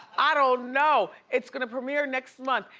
i don't know, it's gonna premier next month.